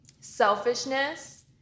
selfishness